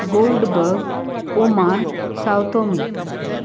Goldbug Oman Sao Tome